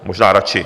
Možná radši.